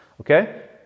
Okay